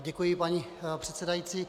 Děkuji, paní předsedající.